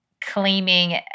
claiming